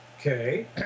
Okay